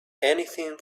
anything